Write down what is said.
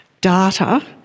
data